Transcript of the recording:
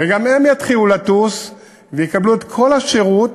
וגם הן יתחילו לטוס, ויקבלו את כל השירות,